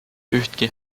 ühtki